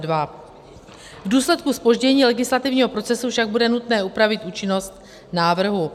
V důsledku zpoždění legislativního procesu však bude nutné upravit účinnost návrhu.